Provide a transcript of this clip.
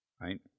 right